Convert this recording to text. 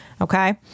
Okay